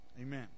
amen